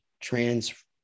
trans